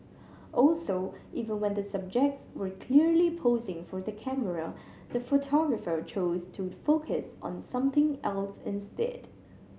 also even when the subjects were clearly posing for the camera the photographer chose to focus on something else instead